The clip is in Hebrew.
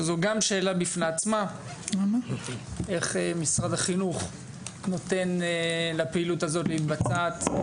שזו גם שאלה בפני עצמה איך משרד החינוך נותן לפעילות הזאת להתבצע?